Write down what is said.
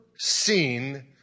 seen